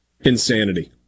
insanity